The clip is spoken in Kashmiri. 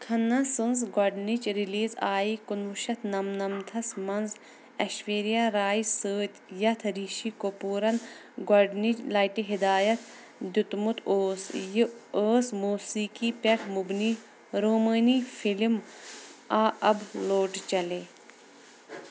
كھَنہ سٕنٛز گۄڈنِچ رِلیٖز آے کُنہٕ وُہ شَتھ نَمنَمتھَس منٛز ایشورِیا راے سۭتۍ یَتھ رِشی كپوٗرن گۄڈنِچ لَٹہِ ہدایت دیُتمُت اوس یہِ ٲس موسیقی پٮ۪ٹھ مُبنی رومٲنی فِلِم آ اَب لوٹ چلیں